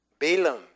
Balaam